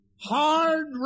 hard